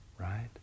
right